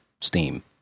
Steam